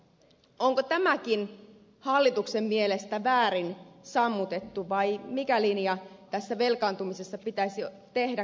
onko tämäkin hallituksen mielestä väärin sammutettu vai mikä linja tässä velkaantumisessa pitäisi ottaa